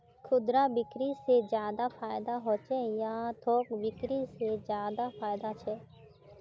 खुदरा बिक्री से ज्यादा फायदा होचे या थोक बिक्री से ज्यादा फायदा छे?